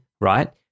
right